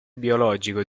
biologico